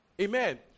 Amen